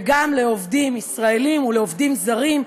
וגם לעובדים ישראלים ולעובדים זרים,